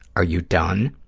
are you done?